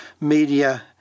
media